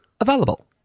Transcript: available